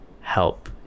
help